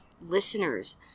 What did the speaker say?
listeners